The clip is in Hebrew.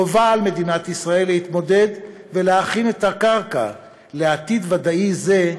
חובה על מדינת ישראל להתמודד ולהכין את הקרקע לעתיד ודאי זה,